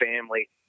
family